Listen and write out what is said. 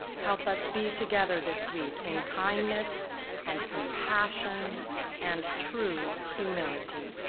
help us be together this week in kindness and compassion and true humility.